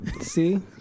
See